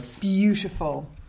beautiful